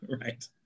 Right